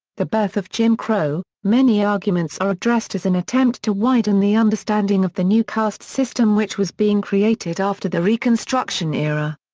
the birth of jim crow many arguments are addressed as an attempt to widen the understanding of the new caste system which was being created after the reconstruction era.